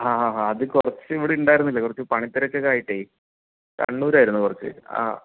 ആ ആ ആ അത് കുറച്ചിവിടെ ഉണ്ടായിരുന്നില്ല കുറച്ചു പണിത്തിരക്കൊക്കെ ആയിട്ട് കണ്ണൂരായിരുന്നു കുറച്ചു ആ